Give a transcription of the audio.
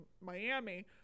Miami